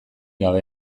gabe